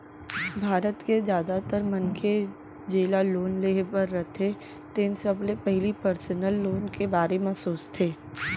भारत के जादातर मनखे जेला लोन लेहे बर रथे तेन सबले पहिली पर्सनल लोन के बारे म सोचथे